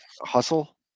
Hustle